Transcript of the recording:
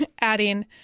adding